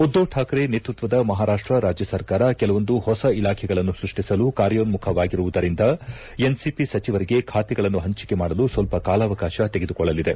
ಉದ್ದವ್ ಕಾಕ್ರೆ ನೇತೃತ್ವದ ಮಹಾರಾಷ್ಷ ರಾಜ್ಯ ಸರ್ಕಾರ ಕೆಲವೊದು ಹೊಸ ಇಲಾಖೆಗಳನ್ನು ಸೃಷ್ಷಿಸಲು ಕಾರ್ಯೋನ್ನುಖವಾಗಿರುವುದರಿಂದ ಎನ್ಸಿಪಿ ಸಚಿವರಿಗೆ ಖಾತೆಗಳನ್ನು ಪಂಚಿಕೆ ಮಾಡಲು ಸ್ವಲ್ಪ ಕಾಲಾವಕಾಶ ತೆಗೆದುಕೊಳ್ಳಲಿದೆ